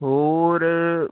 ਹੋਰ